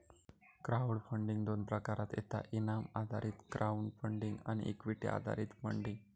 crowd funding दोन प्रकारात येता इनाम आधारित क्राउड फंडिंग आणि इक्विटी आधारित फंडिंग